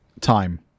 Time